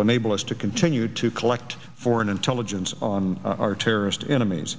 enable us to continue to collect foreign intelligence on our terrorist enemies